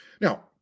Now